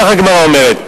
כך הגמרא אומרת.